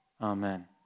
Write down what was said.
amen